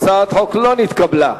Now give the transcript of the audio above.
הצעת החוק לא נתקבלה.